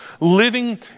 living